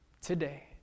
today